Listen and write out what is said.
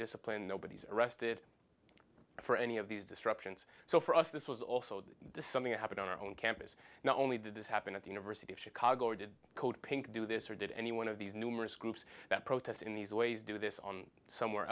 disciplined nobody's arrested for any of these disruptions so for us this was also something that happened on our own campus not only did this happen at the university of chicago or did code pink do this or did any one of these numerous groups that protest in these ways do this on somewhere